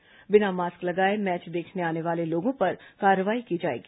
वहीं बिना मास्क लगाए मैच देखने आने वाले लोगों पर कार्रवाई की जाएगी